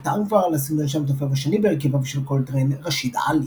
לא תאם כבר לסגנון של המתופף השני בהרכביו של קולטריין - ראשיד עלי.